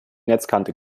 netzkante